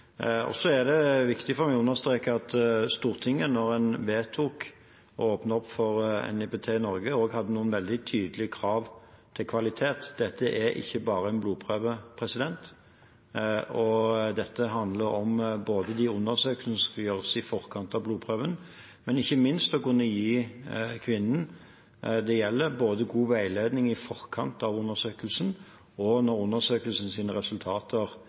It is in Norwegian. Så er det viktig for meg å understreke at Stortinget da en vedtok å åpne opp for NIPT i Norge, hadde noen veldig tydelige krav til kvalitet. Dette er ikke bare en blodprøve. Dette handler om både de undersøkelsene som skal gjøres i forkant av blodprøven, og ikke minst om å kunne gi kvinnen det gjelder, god veiledning både i forkant av undersøkelsen og når undersøkelsens resultater